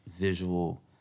visual